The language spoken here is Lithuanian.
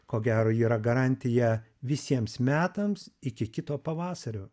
ko gero yra garantija visiems metams iki kito pavasario